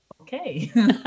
okay